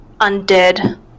undead